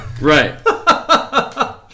Right